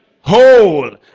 whole